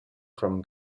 from